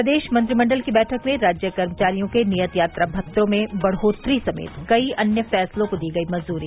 प्रदेश मंत्रिमण्डल की बैठक में राज्य कर्मचारियों के नियत यात्रा भत्तों में बढ़ोत्तरी समेत कई अन्य फैसलों को दी गयी मंजूरी